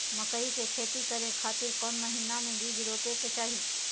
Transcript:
मकई के खेती करें खातिर कौन महीना में बीज रोपे के चाही?